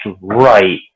right